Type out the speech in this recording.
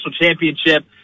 championship